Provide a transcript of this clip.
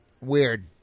Weird